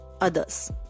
others